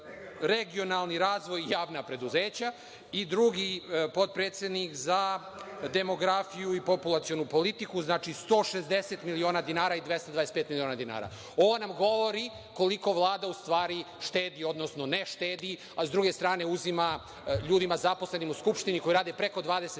regionalni razvoj i javna preduzeća i drugi, potpredsednik za demografiju i populacionu politiku, znači 160 miliona dinara i 225 miliona dinara. Ovo nam govori koliko Vlada u stvari štedi, odnosno ne štedi, a sa druge strane uzima ljudima zaposlenim u Skupštini, koji rade preko 20 sati,